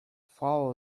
fool